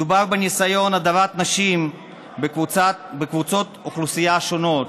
מדובר בניסיון הדרת נשים בקבוצות אוכלוסייה שונות.